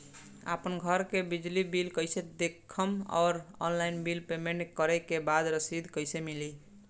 आपन घर के बिजली बिल कईसे देखम् और ऑनलाइन बिल पेमेंट करे के बाद रसीद कईसे मिली?